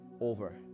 over